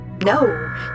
No